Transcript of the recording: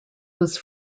was